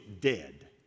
dead